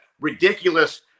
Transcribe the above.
ridiculous –